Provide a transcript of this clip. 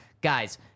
guys